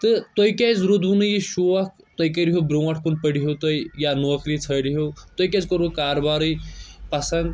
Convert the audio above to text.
تہٕ تۄہہِ کیازِ روٗدوٗ نہٕ یہِ شوق تُہۍ کٔرہِیوٗ برٛونٛٹھ کُن پٔرہیوٗ تُہۍ یا نوکری ژھٲنٛڑ ہیٗو تۄہہِ کیازِ کرو کارٕبارٕے پسنٛد